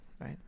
right